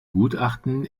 gutachten